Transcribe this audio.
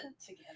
together